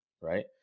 Right